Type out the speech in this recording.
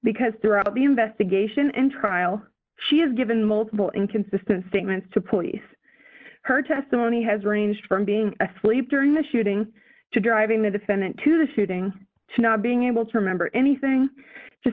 because throughout the investigation in trial she has given multiple inconsistent statements to police her testimony has ranged from being asleep during the shooting to driving the defendant to the shooting to not being able to remember anything just